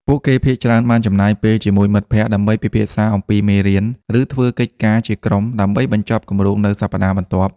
ពួកគេភាគច្រើនបានចំណាយពេលជាមួយមិត្តភក្តិដើម្បីពិភាក្សាអំពីមេរៀន ឬធ្វើកិច្ចការជាក្រុមដើម្បីបញ្ចប់គម្រោងនៅសប្តាហ៍បន្ទាប់។